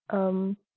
um